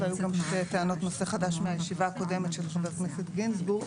והיו גם שתי טענות נושא חדש מהישיבה הקודמת של חבר הכנסת גינזבורג